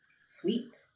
sweet